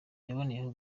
yaboneyeho